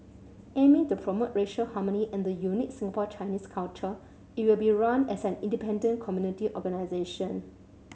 aiming to promote racial harmony and the unique Singapore Chinese culture it will be run as an independent community organisation